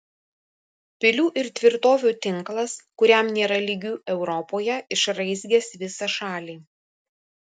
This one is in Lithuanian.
pilių ir tvirtovių tinklas kuriam nėra lygių europoje išraizgęs visą šalį